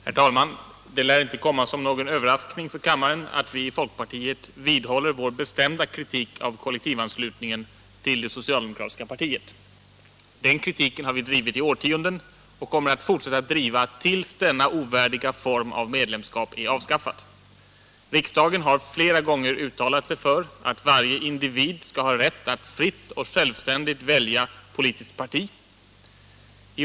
Herr talman! Det lär inte komma som någon överraskning för kammaren att vi i folkpartiet vidhåller vår bestämda kritik av kollektivanslutningen till det socialdemokratiska partiet. Den kritiken har vi drivit i årtionden, och vi kommer att fortsätta att driva den tills denna ovärdiga form av medlemskap är avskaffad. Riksdagen har flera gånger uttalat sig för att varje individ skall ha rätt att fritt och självständigt välja politiskt Nr 87 parti.